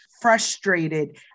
frustrated